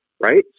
Right